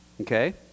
Okay